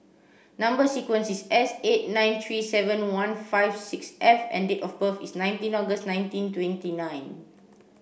number sequence is S eight nine three seven one five six F and date of birth is nineteen August nineteen twenty nine